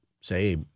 say